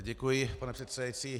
Děkuji, pane předsedající.